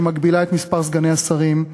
שמגבילה את מספר סגני השרים,